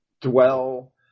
dwell